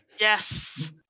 yes